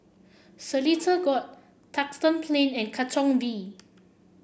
Seletar Court Duxton Plain and Katong V